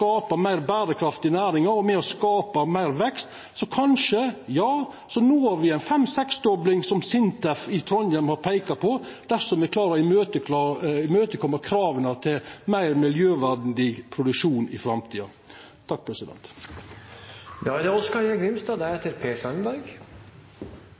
ein meir formålstenleg måte, som er med på å skapa meir berekraftige næringar og meir vekst. Ja, så kanskje når me ei fem–seks-dobling, som SINTEF i Trondheim har peika på, dersom me i framtida klarer å koma krava til meir miljøvenleg produksjon i møte. Ein trur nesten ikkje det